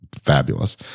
fabulous